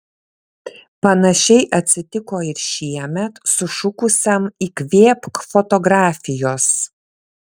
panašiai atsitiko ir šiemet sušukusiam įkvėpk fotografijos